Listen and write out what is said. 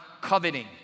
coveting